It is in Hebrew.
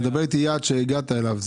כשאתה מדבר על היעד שהגעתם אליו,